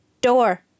Door